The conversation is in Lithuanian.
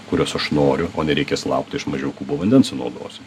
kurios aš noriu o nereikės laukti iš mažiau kubų vandens sunaudosiu